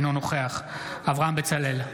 אינו נוכח אברהם בצלאל,